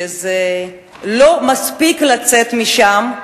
שלא מספיק לצאת משם,